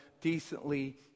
decently